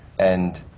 and